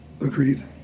Agreed